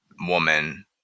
woman